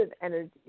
energy